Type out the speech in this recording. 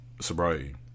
Sobriety